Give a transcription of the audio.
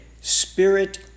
spirit